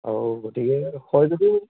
অঁ গতিকে কৰ যদি